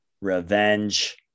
revenge